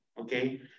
okay